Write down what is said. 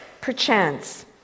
Perchance